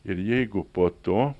ir jeigu po to